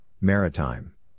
Maritime